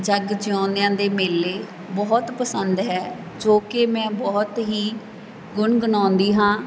ਜੱਗ ਜਿਉਂਦਿਆਂ ਦੇ ਮੇਲੇ ਬਹੁਤ ਪਸੰਦ ਹੈ ਜੋ ਕਿ ਮੈਂ ਬਹੁਤ ਹੀ ਗੁਣਗੁਣਾਉਂਦੀ ਹਾਂ